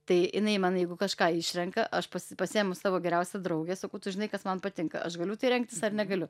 tai jinai man jeigu kažką išrenka aš pasiimu savo geriausią draugę sakau tu žinai kas man patinka aš galiu tai rengtis ar negaliu